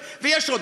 ויש עוד,